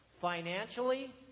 financially